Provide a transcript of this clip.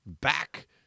back